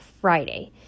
Friday